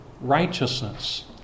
righteousness